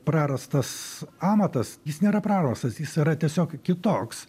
prarastas amatas jis nėra prarastas jis yra tiesiog kitoks